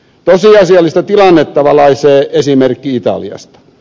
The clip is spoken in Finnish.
tosiasiallista tilannetta valaisee esimerkki italiasta